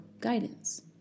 guidance